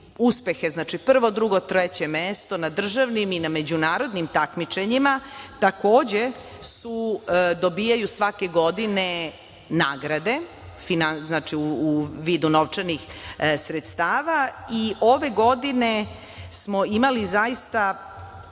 uspehe, znači, prvo, drugo, treće mesto i na državnim i na međunarodnim takmičenjima takođe dobijaju svake godine nagrade u vidu novčanih sredstava. Ove godine smo imali zaista,